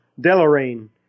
Deloraine